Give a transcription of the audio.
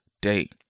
day